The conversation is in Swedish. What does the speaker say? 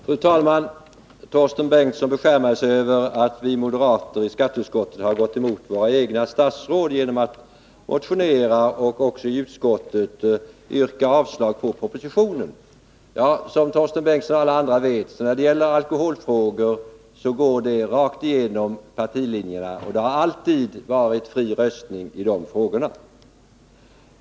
Fru talman! Torsten Bengtson beskärmar sig över att vi moderater i skatteutskottet har gått emot våra egna statsråd genom att motionera och i utskottet också yrka avslag på propositionen. Som Torsten Bengtson och alla andra vet skär alkoholfrågorna rakt igenom partilinjerna. Det har alltid varit fri röstning i de frågorna.